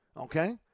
Okay